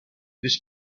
this